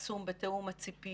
דבר שני חמאס תאום של דאעש.